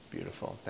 beautiful